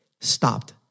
stopped